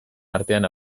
artean